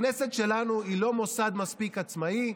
הכנסת שלנו היא לא מוסד מספיק עצמאי,